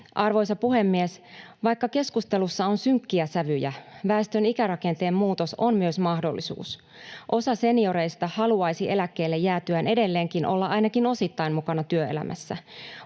Arvoisa puhemies! Vaikka keskustelussa on synkkiä sävyjä, väestön ikärakenteen muutos on myös mahdollisuus. Osa senioreista haluaisi eläkkeelle jäätyään edelleenkin olla ainakin osittain mukana työelämässä.